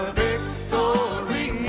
victory